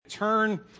turn